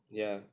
ya